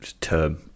term